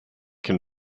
can